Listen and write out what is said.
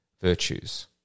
virtues